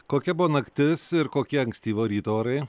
kokia buvo naktis ir kokie ankstyvo ryto orai